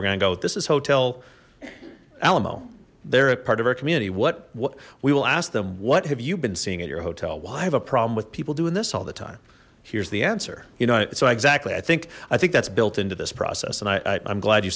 we're gonna go this is hotel alamo they're at part of our community what what we will ask them what have you been seeing at your hotel well i have a problem with people doing this all the time here's the answer you know it so exactly i think i think that's built into this process and i i'm glad you